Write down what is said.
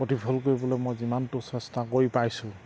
প্ৰতিফল কৰিবলৈ মই যিমানটো চেষ্টা কৰি পাইছোঁ